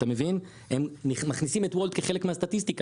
הם מכניסים את וולט כחלק מהסטטיסטיקה,